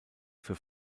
für